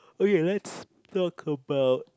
okay let's talk about